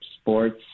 sports